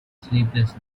sleepless